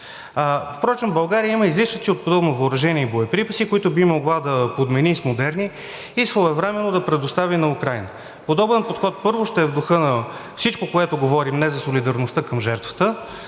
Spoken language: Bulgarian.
Впрочем, България има излишъци от подобно въоръжение и боеприпаси, които би могла да подмени с модерни, и своевременно да предостави на Украйна. Подобен подход, първо, ще е в духа на всичко, което говорим днес за солидарността към жертвата,